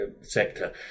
sector